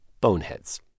boneheads